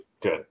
Good